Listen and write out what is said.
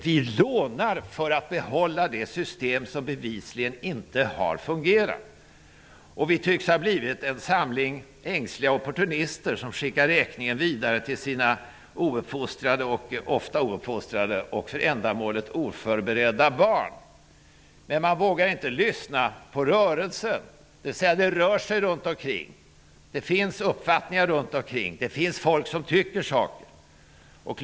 Vi lånar för att behålla det system som bevisligen inte har fungerat. Vi tycks ha blivit en samling ängsliga opportunister som skickar räkningen vidare till sina ofta ouppfostrade och för ändamålet oförberedda barn. Man vågar inte lyssna på rörelsen. Det rör sig runt omkring, och det finns uppfattningar runt omkring. Det finns folk som tycker olika saker.